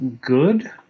good